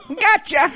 Gotcha